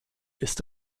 ist